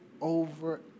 over